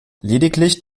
lediglich